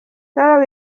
saul